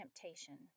temptation